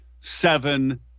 seven